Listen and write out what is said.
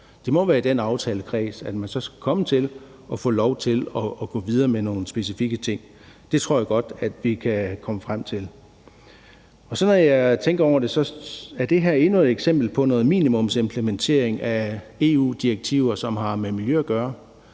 Det må være i den aftalekreds, at man så skal komme frem til at få lov til at gå videre med nogle specifikke ting. Det tror jeg godt at vi kan komme frem til. Når jeg tænker over det, er det her endnu et eksempel på noget minimumsimplementering af EU-direktiver, som har med miljø at gøre.